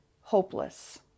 hopeless